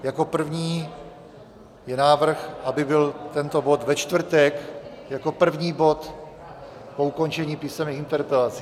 Jako první je návrh, aby byl tento bod ve čtvrtek jako první bod po ukončení písemných interpelací.